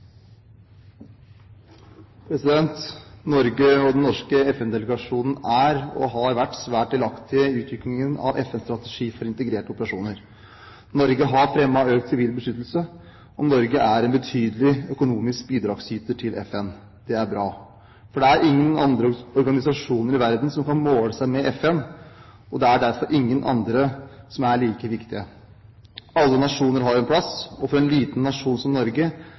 og har vært svært delaktige i utviklingen av FNs strategi for integrerte operasjoner. Norge har fremmet økt sivil beskyttelse, og Norge er en betydelig økonomisk bidragsyter til FN. Det er bra. Det er ingen andre organisasjoner i verden som kan måle seg med FN, og det er derfor ingen andre som er like viktige. Alle nasjoner har en plass, og for en liten nasjon som Norge